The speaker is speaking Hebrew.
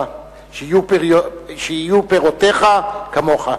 שיהיו פירותיך כמוך.